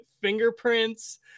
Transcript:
fingerprints